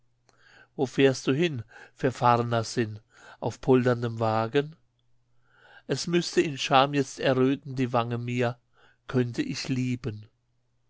wo fährst du hin verfahrener sinn auf polterndem wagen es müßte in scham jetzt erröten die wange mir könnte ich lieben